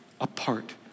apart